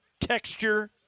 texture